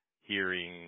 hearing